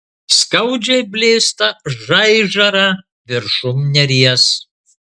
skaudžiai blėsta žaižara viršum neries